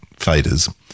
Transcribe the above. faders